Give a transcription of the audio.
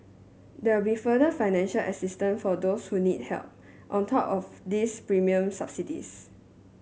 there will further financial assistance for those who need help on top of these premium subsidies